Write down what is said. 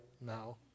now